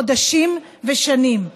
חודשים ושנים.